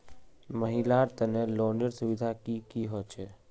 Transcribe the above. महिलार तने लोनेर सुविधा की की होचे?